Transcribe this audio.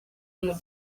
mujyi